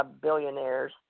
billionaires